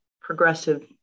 progressive